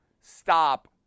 stop